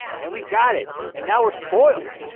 and we got it and now we're spoiled.